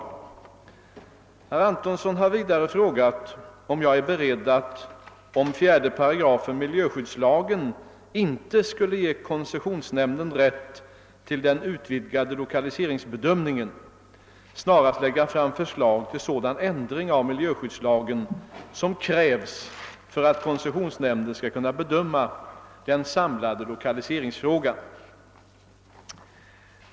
Herr Antonsson har vidare frågat om jag är beredd att — om 4 8 miljöskyddslagen inte skulle ge koncessionsnämnden rätt till den utvidgade lokaliseringsbedömningen — snarast lägga fram förslag till sådan ändring av miljöskyddslagen som krävs för att koncessionsnämnden skall kunna bedöma den samlade lokaliseringsfrågan.